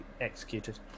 executed